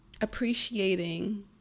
appreciating